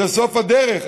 זה סוף הדרך,